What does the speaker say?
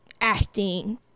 acting